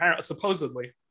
supposedly